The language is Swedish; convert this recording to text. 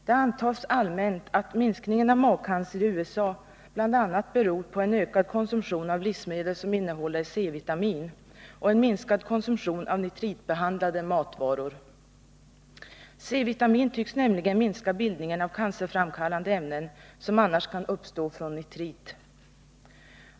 Det antas allmänt att minskningen av magcancer i USA bl.a. beror på en ökad konsumtion av livsmedel som innehåller C-vitamin och en minskad konsumtion av nitritbehandlade matvaror. C-vitamin tycks nämligen minska bildningen av cancerframkallande ämnen som annars kan uppstå från nitrit.